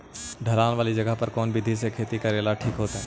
ढलान वाला जगह पर कौन विधी से खेती करेला ठिक होतइ?